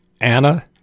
Anna